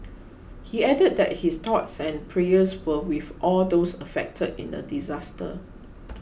he added that his thoughts and prayers were with all those affected in the disaster